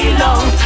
long